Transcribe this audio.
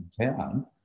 town